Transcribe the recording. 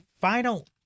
final